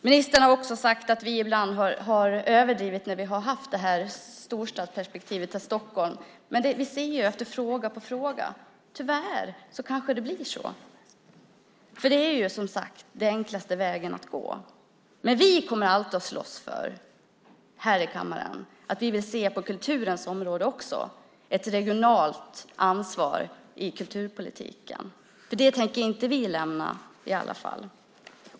Ministern har också sagt att vi ibland har överdrivit när vi har haft storstads och Stockholmsperspektivet. Men vi ser i fråga efter fråga att det kanske tyvärr blir så eftersom det är den enklaste vägen att gå. Men vi kommer alltid att slåss här i kammaren för att vi på kulturens område vill se ett regionalt ansvar i kulturpolitiken. Det tänker vi inte lämna.